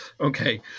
okay